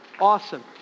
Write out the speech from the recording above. Awesome